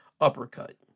uppercut